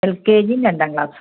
L കെ ജിയും രണ്ടാം ക്ലാസും